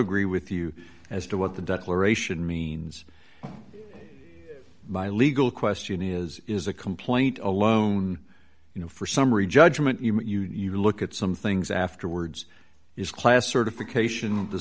agree with you as to what the declaration means by legal question is is a complaint alone you know for summary judgment if you look at some things afterwards is class certification the